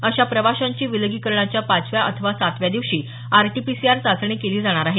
अशा प्रवाशांची विलगीकरणाच्या पाचव्या अथवा सातव्या दिवशी आरटीपीसीआर चाचणी केली जाणार आहे